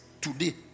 today